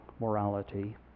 morality